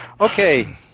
Okay